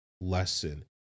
lesson